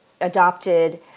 adopted